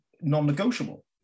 non-negotiable